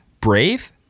Brave